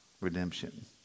redemption